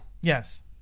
Yes